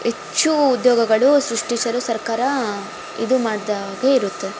ಹೆಚ್ಚು ಉದ್ಯೋಗಗಳು ಸೃಷ್ಟಿಸಲು ಸರ್ಕಾರ ಇದು ಮಾಡಿದಾಗೆ ಇರುತ್ತೆ